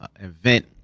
event